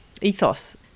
ethos